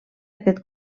aquest